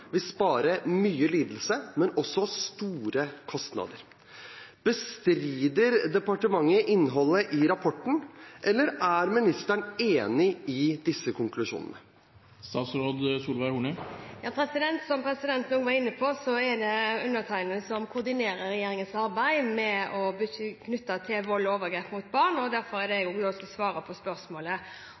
spare mye lidelse, men også penger. Bestrider Helse- og omsorgsdepartementet innholdet i rapporten, eller er statsråden enig i konklusjonene?» Som representanten var inne på, er det undertegnede som koordinerer regjeringens arbeid knyttet til vold og overgrep mot barn. Derfor er det også svaret på spørsmålet.